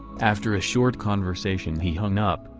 after a short conversation he hung up,